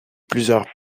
plusieurs